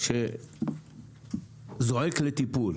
שזועק לטיפול.